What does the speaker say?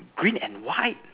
green and white